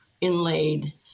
inlaid